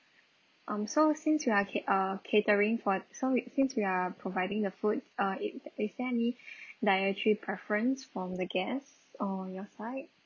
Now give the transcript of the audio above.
um so since we are cat~ uh catering food so it seems we are providing the food uh is there any dietary preference from the guests or your side